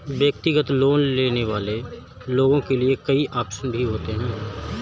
व्यक्तिगत लोन लेने वाले लोगों के लिये कई आप्शन भी होते हैं